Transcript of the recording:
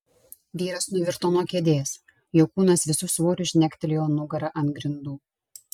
vyras nuvirto nuo kėdės jo kūnas visu svoriu žnektelėjo nugara ant grindų